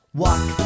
walk